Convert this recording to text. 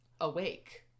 awake